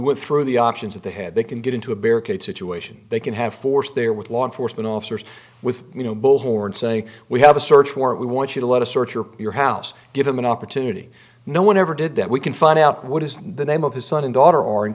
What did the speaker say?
went through the options that they had they can get into a barricade situation they can have force there with law enforcement officers with bullhorn saying we have a search warrant we want you to let a search your house give him an opportunity no one ever did that we can find out what is the name of his son and daughter or and